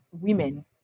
women